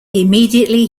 immediately